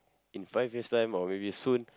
in five years time or maybe soon